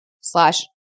slash